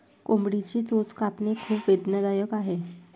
कोंबडीची चोच कापणे खूप वेदनादायक आहे